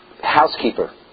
housekeeper